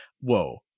whoa